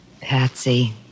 Patsy